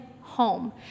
home